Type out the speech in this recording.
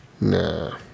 Nah